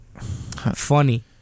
Funny